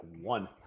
one